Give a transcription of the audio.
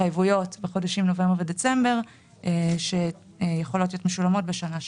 התחייבויות בחודשים נובמבר ודצמבר שיכולות להיות משולמות בשנה שאחרי.